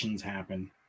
happen